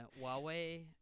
Huawei